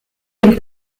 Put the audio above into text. dem